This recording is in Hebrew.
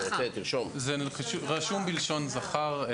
רשום בלשון זכר.